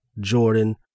Jordan